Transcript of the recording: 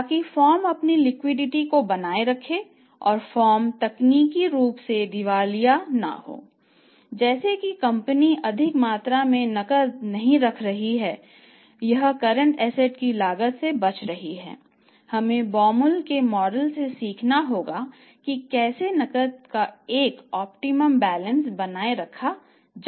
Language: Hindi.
ताकि फर्म अपनी लिक्विडिटी बनाए रखा जाए जो न तो अधिक है और न ही बहुत कम है